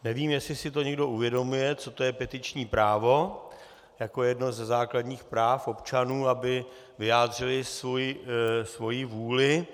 Nevím, jestli si to někdo uvědomuje, co to je petiční právo jako jedno ze základních práv občanů, aby vyjádřili svoji vůli.